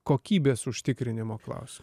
kokybės užtikrinimo klausimas